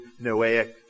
Noahic